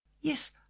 Yes